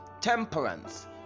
temperance